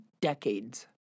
decades